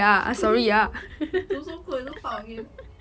读 so good 也是爆 again